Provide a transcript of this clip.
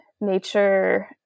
nature